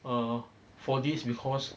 err for this because